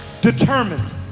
determined